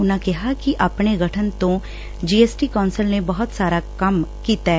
ਉਨਾਂ ਕਿਹਾ ਕਿ ਆਪਣੇ ਗਠਨ ਤੋਂ ਬਾਅਦ ਜੀ ਐਸ ਟੀ ਕੌ'ਸਲ ਨੇ ਬਹੁਤ ਸਾਰਾ ਕੰਮ ਕੀਤੈ